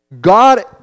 God